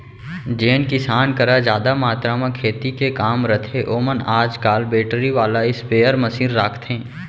जेन किसान करा जादा मातरा म खेती के काम रथे ओमन आज काल बेटरी वाला स्पेयर मसीन राखथें